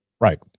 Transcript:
Right